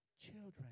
children